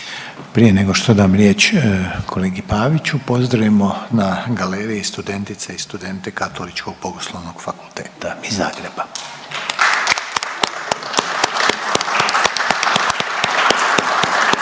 Prije nego što dam riječ kolegi Paviću, pozdravimo na galeriji studentice i studente Katoličkog bogoslovnog fakulteta iz Zagreba.